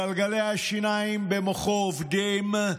גלגלי השיניים במוחו עובדים.